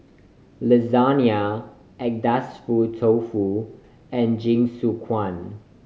lasagne Agedashi Dofu and Jingisukan